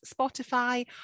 Spotify